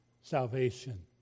salvation